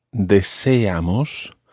deseamos